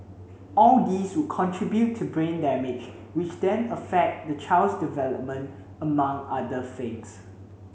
all these would contribute to brain damage which then affect the child's development among other things